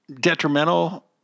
detrimental